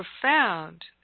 profound